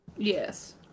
Yes